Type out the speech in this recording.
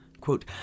quote